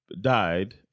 died